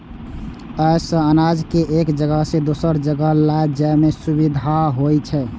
अय सं अनाज कें एक जगह सं दोसर जगह लए जाइ में सुविधा होइ छै